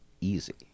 easy